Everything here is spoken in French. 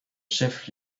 chef